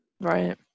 Right